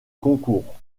concours